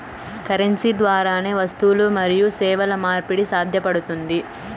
currency ద్వారానే వస్తువులు మరియు సేవల మార్పిడి సాధ్యపడుతుంది